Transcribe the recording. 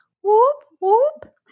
Whoop-whoop